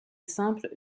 simple